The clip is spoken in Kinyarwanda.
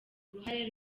uruhare